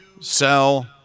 sell